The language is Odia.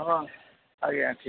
ହଁ ଆଜ୍ଞା ଅଛି